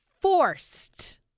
forced